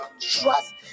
trust